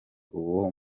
uwo